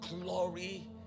glory